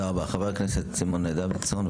חבר הכנסת סימון דודיסון,